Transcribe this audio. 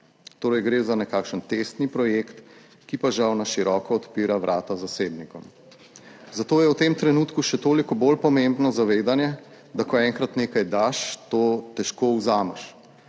Torej gre za nekakšen testni projekt, ki pa žal na široko odpira vrata zasebnikom, zato je v tem trenutku še toliko bolj pomembno zavedanje, da ko enkrat nekaj daš, to težko vzameš.